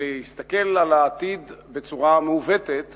להסתכל על העתיד בצורה מעוותת